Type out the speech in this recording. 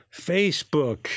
Facebook